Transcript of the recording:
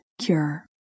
cure